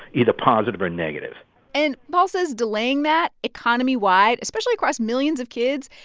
either positive or negative and paul says delaying that economy-wide, especially across millions of kids,